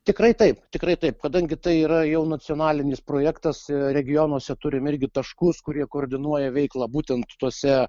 tikrai taip tikrai taip kadangi tai yra jau nacionalinis projektas regionuose turim irgi taškus kurie koordinuoja veiklą būtent tose